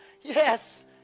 yes